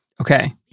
Okay